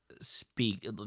speak